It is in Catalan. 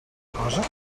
cosa